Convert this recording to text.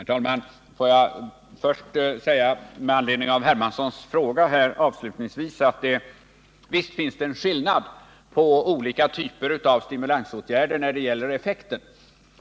Herr talman! Får jag först säga, med anledning av den fråga herr Hermansson avslutningsvis framförde, att visst finns det en skillnad mellan olika typer av stimulansåtgärder när det gäller effekten.